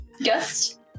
guest